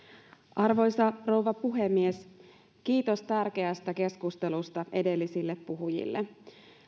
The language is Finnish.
arvoisa rouva puhemies kiitos tärkeästä keskustelusta edellisille puhujille